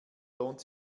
lohnt